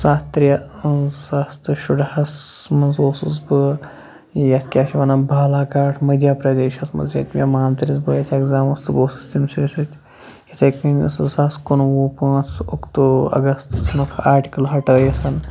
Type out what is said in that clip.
سَتھ ترٛےٚ زٕ ساس تہٕ شُراہَس منٛز اوسُس بہٕ یَتھ کیٛاہ چھِ وَنان بالا گاٹ مٔدھیہ پرٛدیشَس منٛز ییٚتہِ مےٚ مامتٲرِس بہٕ ٲسۍ اٮ۪کزامَس تہٕ بہٕ اوسُس تمہِ سۭتۍ سۭتۍ یِتھَے کٔنۍ زٕ ساس کُنوُہ پانٛژھ اکتوٗ اَگَستُک آٹِکَل ہَٹٲیِتھ